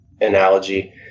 analogy